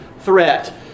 threat